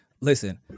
Listen